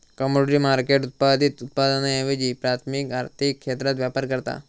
commodity market उत्पादित उत्पादनांऐवजी प्राथमिक आर्थिक क्षेत्रात व्यापार करता